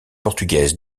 portugaise